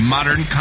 Modern